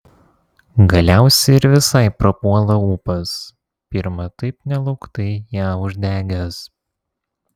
galiausiai ir visai prapuola ūpas pirma taip nelauktai ją uždegęs